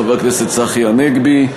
חבר הכנסת צחי הנגבי.